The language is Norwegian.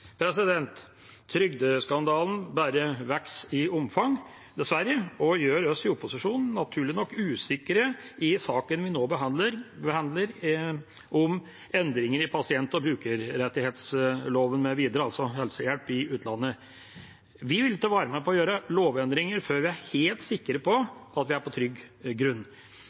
Trygdeskandalen bare vokser i omfang – dessverre – og gjør naturlig nok oss i opposisjonen usikre i saken vi nå behandler, om endringer i pasient- og brukerrettighetsloven mv., altså helsehjelp i utlandet. Vi vil ikke være med på å gjøre lovendringer før vi er helt sikre på at vi er på trygg grunn.